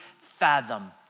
fathom